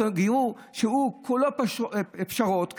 בגיור שהוא כולו פשרות,